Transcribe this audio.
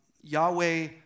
Yahweh